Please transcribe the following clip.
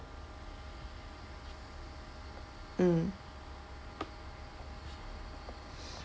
mm